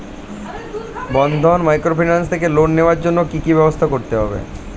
বন্ধন microfinance থেকে loan নেওয়ার জন্য কি কি ব্যবস্থা করতে হবে?